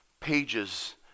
pages